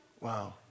Wow